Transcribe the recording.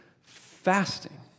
fasting